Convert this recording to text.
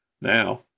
Now